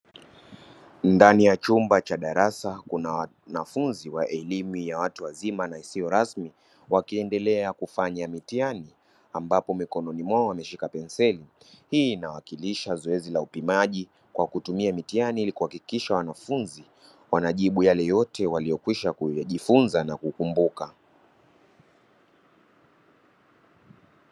Ndani ya chumba cha darasa, kuna wanafunzi wa elimu ya watu wazima na isiyo rasmi wakiendelea kufanya mitihani, ambapo mikononi mwao wamebeba penseli; hii inawakilisha zoezi la upimaji kwa kutumia mitihani ili kuhakikisha wanafunzi wanajibu yale yote waliyojifunza na kukumbuka.